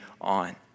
on